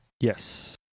yes